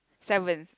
seventh